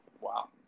Wow